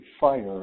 fire